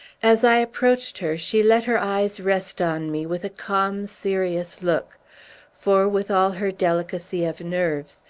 as i approached her, she let her eyes rest on me with a calm, serious look for, with all her delicacy of nerves,